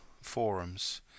forums